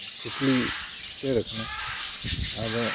ᱠᱩᱠᱞᱤ ᱥᱮᱴᱮᱨᱚᱜ ᱠᱟᱱᱟ ᱟᱫᱚ